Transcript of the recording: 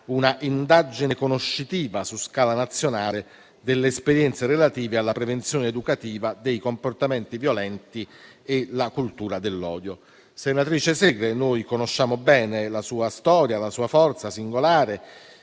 un'indagine conoscitiva su scala nazionale delle esperienze relative alla prevenzione educativa dei comportamenti violenti e la cultura dell'odio. Senatrice Segre, noi conosciamo bene la sua storia, la sua forza singolare